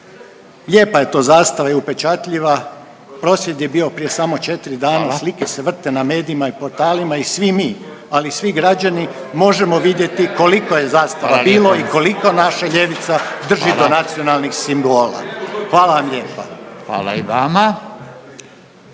Lijepa je to zastava i upečatljiva, prosvjed je bio prije samo 4 dana, slike se vrte na medijima i portalima i svi mi, ali svi građani možemo vidjeti koliko je zastava bilo … …/Upadica Radin: Hvala lijepo./… … i koliko naša ljevica drži do nacionalnih simbola. Hvala vam lijepa. **Radin,